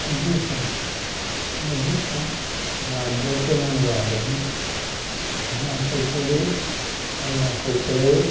जी हाँ मुझे पाँच राज्यों के नाम याद हैं हिमाचल प्रदेश अरुणाचल प्रदेश